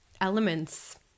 elements